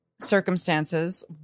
circumstances